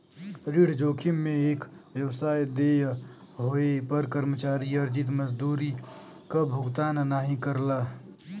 ऋण जोखिम में एक व्यवसाय देय होये पर कर्मचारी अर्जित मजदूरी क भुगतान नाहीं करला